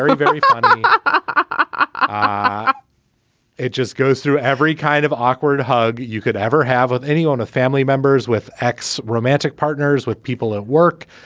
very very and um ah ah it just goes through every kind of awkward hug you could ever have with anyone, a family members with ex romantic partners, with people at work.